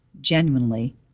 genuinely